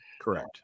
Correct